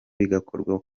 bigakorwa